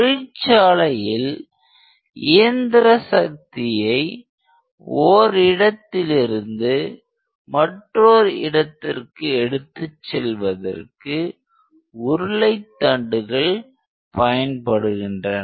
தொழிற்சாலையில் இயந்திர சக்தியை ஓரிடத்திலிருந்து மற்றோர் இடத்திற்கு எடுத்துச் செல்வதற்கு உருளை தண்டுகள் பயன்படுகின்றன